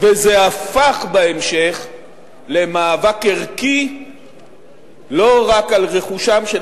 וזה הפך בהמשך למאבק ערכי לא רק על רכושם של